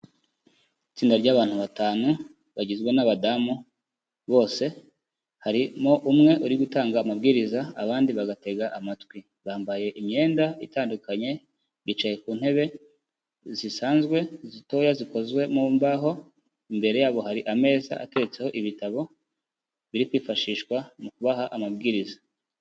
Itsinda ry'abantu batanu bagizwe n'abadamu, bose harimo umwe uri gutanga amabwiriza, abandi bagatega amatwi, bambaye imyenda itandukanye, bicaye ku ntebe zisanzwe zitoya zikozwe mu mbaho, imbere yabo hari ameza atetseho ibitabo biri kwifashishwa mu kubaha amabwiriza.